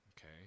Okay